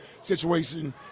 situation